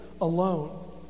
alone